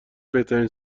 بهترین